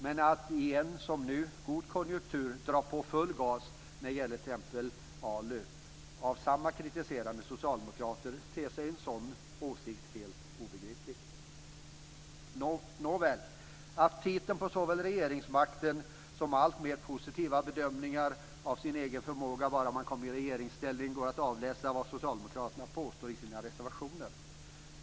Men att i en - som nu - god konjunktur dra på full gas när det gäller t.ex. ALU av samma kritiserande socialdemokrater ter sig i en sådan bedömning helt obegripligt. Nåväl, aptiten på såväl regeringsmakten som alltmer positiva bedömningar av sin egen förmåga bara man kom i regeringsställning går att avläsa mot vad man sedan påstår i sina reservationer.